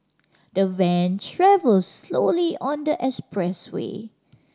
the van travelled slowly on the expressway